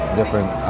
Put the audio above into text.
different